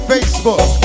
Facebook